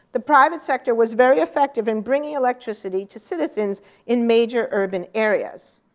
the private sector was very effective in bringing electricity to citizens in major urban areas.